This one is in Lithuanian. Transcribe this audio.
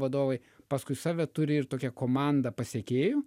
vadovai paskui save turi ir tokią komandą pasekėjų